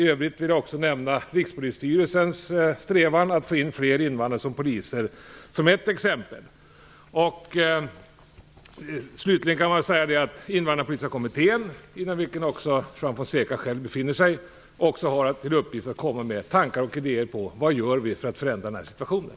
I övrigt vill jag som ett exempel också nämna Rikspolisstyrelsens strävan att få in fler invandrare som poliser. Slutligen kan jag säga att Invandrarpolitiska kommittén, inom vilken Juan Fonseca själv befinner sig, också har i uppgift att komma med tankar och idéer om vad vi gör för att förändra den här situationen.